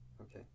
Okay